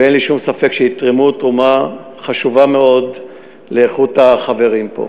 ואין לי שום ספק שהם יתרמו תרומה חשובה מאוד לאיכות החברים פה.